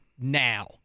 now